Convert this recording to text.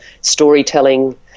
storytelling